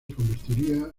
convertiría